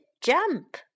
jump